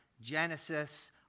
Genesis